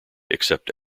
except